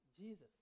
Jesus